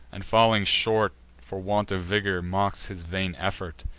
and, falling short for want of vigor, mocks his vain effort.